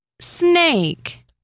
Snake